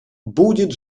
будет